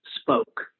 spoke